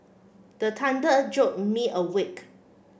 the thunder jolt me awake